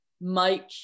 Mike